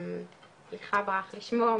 סליחה ברח לי שמו,